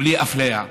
בלי אפליה.